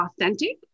authentic